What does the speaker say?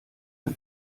ein